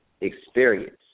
experience